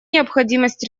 необходимость